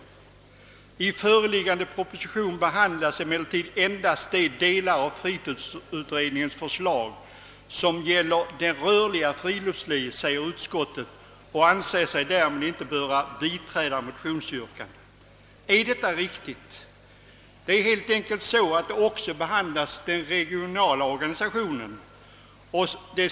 I föreliggande proposition behandlas emellertid endast de delar av fritidsutredningens förslag som gäller det rörliga friluftslivet.» Med hänsyn härtill anser sig inte utskottet böra biträda motionsyrkandena. Är detta riktigt? Det är helt enkelt så att även den regionala organisationen behandlas.